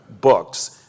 books